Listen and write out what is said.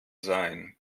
sein